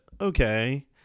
okay